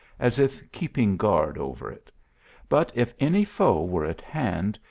as if keeping guard over it but if any foe were at hand,